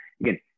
Again